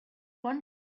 one